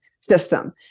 system